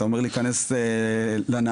אתה אומר להיכנס לנעליים,